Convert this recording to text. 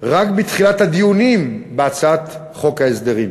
רק בתחילת הדיונים בהצעת חוק ההסדרים.